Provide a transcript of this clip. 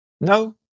No